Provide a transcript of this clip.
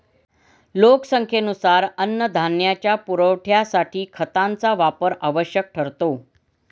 लोकसंख्येनुसार अन्नधान्याच्या पुरवठ्यासाठी खतांचा वापर आवश्यक ठरतो